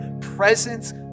presence